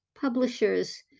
publishers